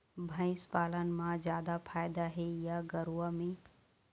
भंइस पालन म जादा फायदा हे या गरवा में?